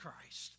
Christ